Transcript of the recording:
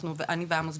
אני ועמוס,